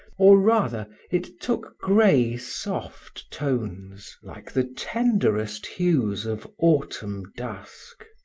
or rather, it took gray soft tones like the tenderest hues of autumn dusk.